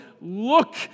look